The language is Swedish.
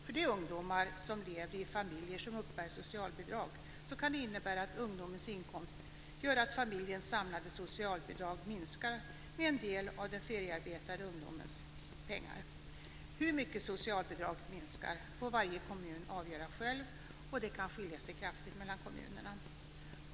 För de ungdomar som lever i familjer som uppbär socialbidrag kan det innebära att ungdomarnas inkomst gör att familjens samlade socialbidrag minskar med en del av den unga feriearbetarens pengar. Hur mycket socialbidraget minskar får varje kommun avgöra själv, och det kan skilja kraftigt mellan kommunerna.